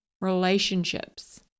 relationships